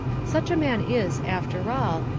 such a man is, after all,